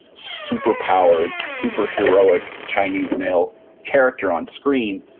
super-powered, super-heroic, chinese male character on screen,